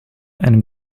and